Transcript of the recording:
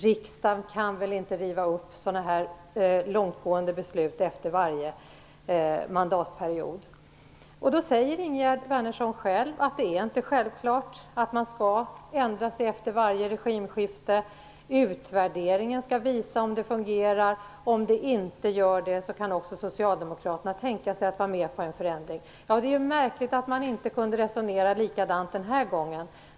Riksdagen kan väl inte riva upp sådana här långtgående beslut efter varje mandatperiod. Ingegerd Wärnersson säger själv att det inte är självklart att man skall ändra sig efter varje regimskifte. Utvärderingen skall visa om det fungerar. Om det inte gör det kan också socialdemokraterna tänka sig en förändring. Det är märkligt att man inte kunde resonera så den här gången.